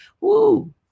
Woo